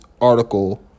article